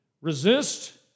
resist